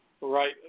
Right